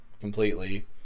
completely